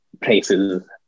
places